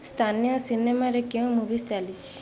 ସ୍ଥାନୀୟ ସିନେମାରେ କେଉଁ ମୁଭିଜ୍ ଚାଲିଛି